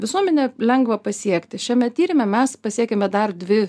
visuomenę lengva pasiekti šiame tyrime mes pasiekėme dar dvi